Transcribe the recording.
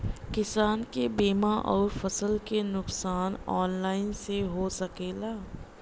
किसान के बीमा अउर फसल के नुकसान ऑनलाइन से हो सकेला?